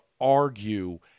argue